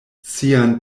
sian